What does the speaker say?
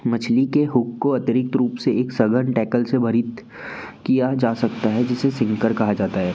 मछली के हुक को अतिरिक्त रूप से एक सघन टैकल से वरित किया जा सकता है जिसे सिंकर कहा जाता है